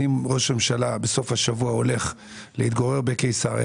אם ראש הממשלה בסוף השבוע הולך להתגורר בקיסריה